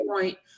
point